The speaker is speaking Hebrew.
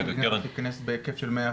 למה שהמדינה לא תיכנס בהיקף של 100%?